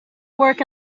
work